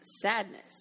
sadness